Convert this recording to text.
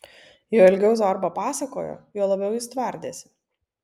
juo ilgiau zorba pasakojo juo labiau jis tvardėsi